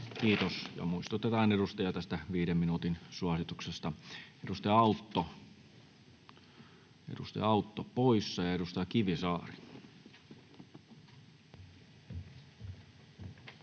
Kiitos. — Ja muistutetaan edustajia tästä viiden minuutin suosituksesta. — Edustaja Autto, edustaja Autto poissa.